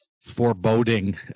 foreboding